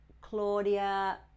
Claudia